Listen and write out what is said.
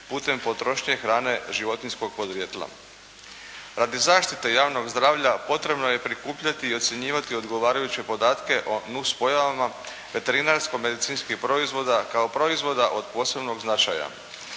putem potrošnje hrane životinjskog podrijetla. Radi zaštite javnog zdravlja potrebno je prikupljati i ocjenjivati odgovarajuće podatke o nus pojavama veterinarsko-medicinskih proizvoda kao proizvoda od posebnog značaja.